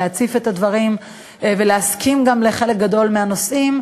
להציף את הדברים ולהסכים גם לחלק גדול מהנושאים,